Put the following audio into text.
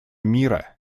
мира